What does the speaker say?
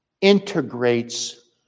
integrates